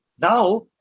now